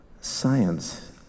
Science